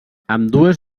ambdues